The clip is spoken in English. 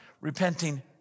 repenting